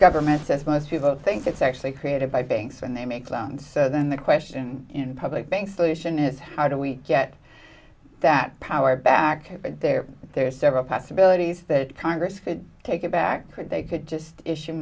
government as most people think it's actually created by banks and they make loans then the question in public thanks felicia is how do we get that power back there there are several possibilities that congress could take it back or they could just issu